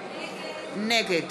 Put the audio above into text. נגד